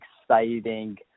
exciting